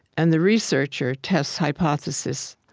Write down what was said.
and the researcher tests hypotheses.